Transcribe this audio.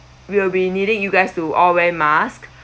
we will be needing you guys to all wear mask